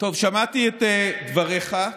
שמעתי את דבריך,